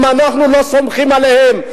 אם אנחנו לא סומכים עליהם,